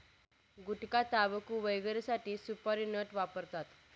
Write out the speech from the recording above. गुटखाटाबकू वगैरेसाठी सुपारी नट वापरतात